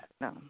no